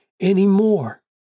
anymore